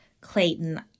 Clayton